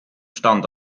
stand